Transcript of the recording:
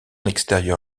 extérieur